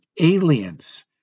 aliens